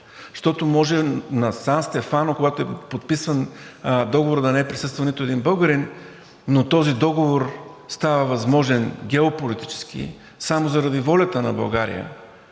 Защото може в Сан Стефано, когато е подписван договорът, да не е присъствал нито един българин, но този договор става възможен геополитически само заради волята на България